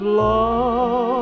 love